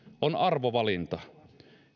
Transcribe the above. on arvovalinta